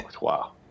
wow